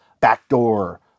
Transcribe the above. backdoor